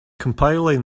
compiling